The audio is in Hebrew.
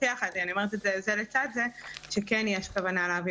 יחד ואני אומרת זה לצד זה - שכן יש כוונה להביא